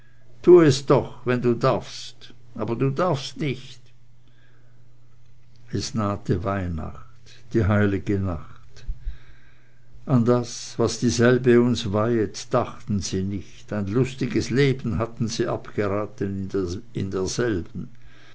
tue es doch wenn du darfst aber du darfst nicht es nahte weihnacht die heilige nacht an das was dieselbe uns weihet dachten sie nicht ein lustiges leben hatten sie abgeraten in derselben